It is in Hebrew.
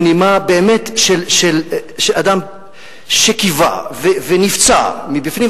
בנימה של אדם שקיווה ונפצע מבפנים,